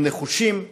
הם נחושים,